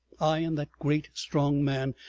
i and that great, strong man,